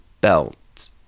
belt